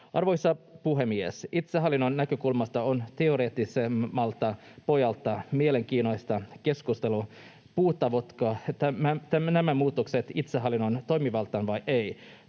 Arvoisa puhemies! Itsehallinnon näkökulmasta on teoreettisemmalta pohjalta mielenkiintoista keskustella, puuttuvatko nämä muutokset itsehallinnon toimivaltaan vai